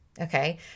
okay